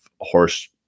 horse